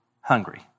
hungry